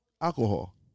alcohol